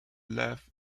left